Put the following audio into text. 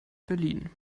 berlin